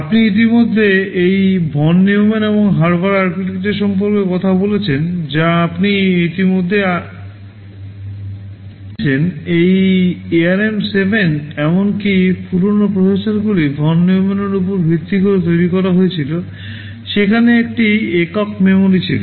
আপনি ইতিমধ্যে এই ভন নিউমান এবং হার্ভার্ড আর্কিটেকচার সম্পর্কে কথা বলছেন যা আপনি ইতিমধ্যে জেনেছেন এই ARM 7 এবং এমনকি পুরানো প্রসেসরগুলি ভন নিউমানের উপর ভিত্তি করে তৈরি হয়েছিল সেখানে একটি একক মেমরি ছিল